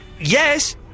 Yes